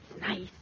nice